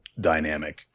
dynamic